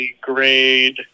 grade